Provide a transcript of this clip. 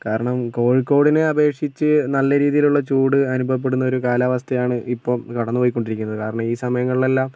കാരണം കോഴിക്കോടിനെ അപേക്ഷിച്ച് നല്ല രീതിയിലുള്ള ചൂട് അനുഭവപ്പെടുന്ന ഒരു കാലാവസ്ഥയാണ് ഇപ്പം കടന്ന് പോയ്ക്കൊണ്ടിരിക്കുന്നത് കാരണം ഈ സമയങ്ങളിൽ എല്ലാം